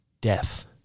death